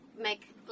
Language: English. make